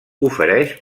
ofereix